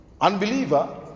Unbeliever